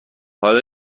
حالا